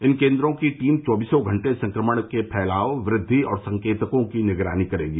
इन केन्द्रों की टीम चौबीसों घंटे संक्रमण के फैलाव वृद्वि और संकेतकों की निगरानी करेगी